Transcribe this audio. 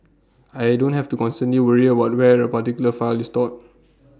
I don't have to constantly worry about the where A particular file is stored